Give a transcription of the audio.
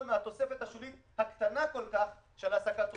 מהתוספת השולית הקטנה כל כך של העסקת העובדים.